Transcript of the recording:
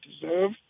deserve